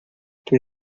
que